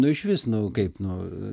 nu išvis nu kaip nu